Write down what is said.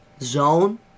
zone